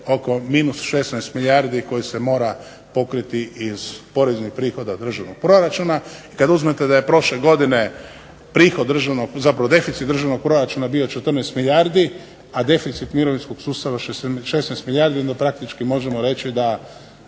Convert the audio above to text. oko -16 milijardi kojih se mora pokriti iz poreznih prihoda državnog proračuna. I kad uzmete da je prošle godine prihod državnog, zapravo deficit državnog proračuna bio 14 milijardi, a deficit mirovinskog sustava 16 milijardi, onda praktički možemo reći da